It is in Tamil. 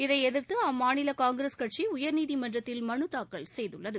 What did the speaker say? இதை எதிர்த்து அம்மாநில காங்கிரஸ் கட்சி உயர்நீதிமன்றத்தில் மனு தாக்கல் செய்துள்ளது